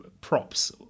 props